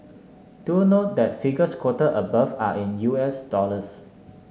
do note that figures quoted above are in U S dollars